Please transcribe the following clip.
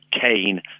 Kane